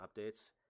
updates